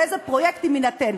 באיזה פרויקטים זה יינתן.